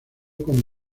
con